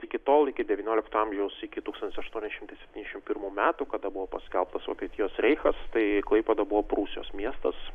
iki tol iki devyniolikto amžiaus iki tūkstantis aštuoni šimtai septyniasdešimt pirmų metų kada buvo paskelbtas vokietijos reichas tai klaipėda buvo prūsijos miestas